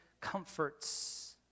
comforts